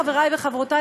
חברי וחברותי,